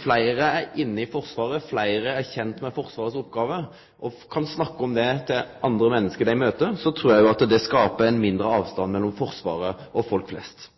fleire er inne i Forsvaret og fleire er kjende med oppgåvene Forsvaret har, og kan snakke om det til andre menneske dei møter, trur eg at det skaper mindre avstand mellom Forsvaret og folk flest.